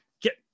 Get